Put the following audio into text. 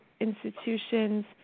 institutions